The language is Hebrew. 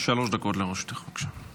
שלוש דקות לרשותך, בבקשה.